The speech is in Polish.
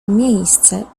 miejsce